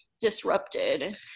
disrupted